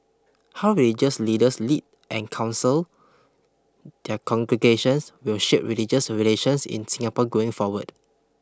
how religious leaders lead and counsel their congregations will shape religious relations in Singapore going forward